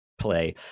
play